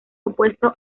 opuesto